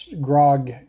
grog